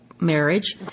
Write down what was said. marriage